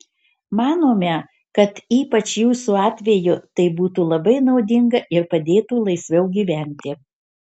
manome kad ypač jūsų atveju tai būtų labai naudinga ir padėtų laisviau gyventi